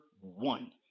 one